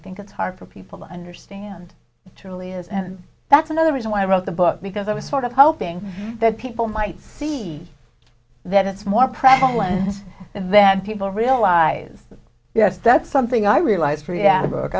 think it's hard for people to understand it truly is and that's another reason why i wrote the book because i was sort of hoping that people might see that it's more prevalent and then people realise yes that's something i realised riyad book